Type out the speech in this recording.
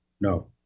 no